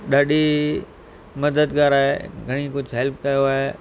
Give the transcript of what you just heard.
ॾाढी मददगारु आहे घणेई कुझु हेल्प कयो आहे